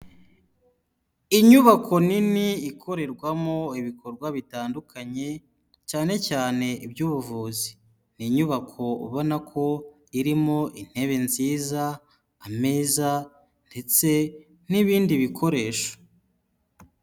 Inyubako nini ikorerwamo ibikorwa bitandukanye, cyane cyane iby'ubuvuzi, ni inyubako ubona ko irimo intebe nziza ameza ndetse n'ibindi bikoresho.